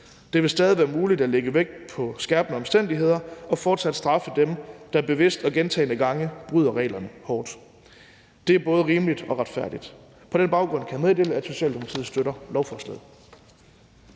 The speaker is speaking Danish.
Det vil stadig være muligt at lægge vægt på skærpende omstændigheder og fortsat straffe dem, der bevidst og gentagne gange bryder reglerne, hårdt. Det er både rimeligt og retfærdigt. På den baggrund kan jeg meddele, at Socialdemokratiet støtter lovforslaget.